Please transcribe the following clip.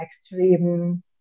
extreme